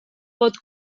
pot